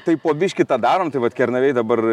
tai po biškį tą darom tai vat kernavėj dabar